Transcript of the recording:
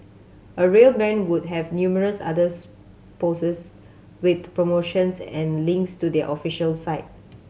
a real brand would have numerous others poses with promotions and links to their official site